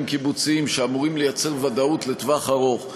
קיבוציים שאמורים לייצר ודאות לטווח ארוך,